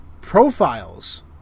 profiles